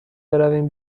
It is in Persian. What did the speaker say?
برویم